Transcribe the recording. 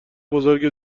بزرگ